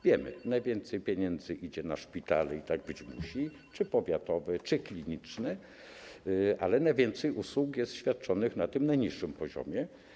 Wiemy, że najwięcej pieniędzy idzie na szpitale - i tak być musi - powiatowe czy kliniczne, ale najwięcej usług jest świadczonych na tym najniższym poziomie.